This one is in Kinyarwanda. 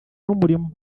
n’umurimo